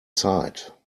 sight